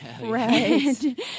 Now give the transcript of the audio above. Right